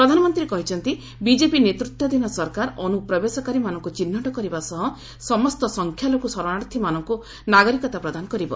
ପ୍ରଧାନମନ୍ତ୍ରୀ କହିଛନ୍ତି ବିଜେପି ନେତୃତ୍ୱାଧୀନ ସରକାର ଅନୁପ୍ରବେଶକାରୀମାନଙ୍କୁ ଚିହ୍ନଟ କରିବା ସହ ସମସ୍ତ ସଂଖ୍ୟାଲଘୁ ଶରଣାର୍ଥୀମାନଙ୍କୁ ନାଗରିକତା ପ୍ରଦାନ କରିବ